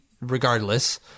regardless